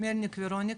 הכל בסדר.